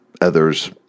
others